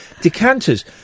Decanters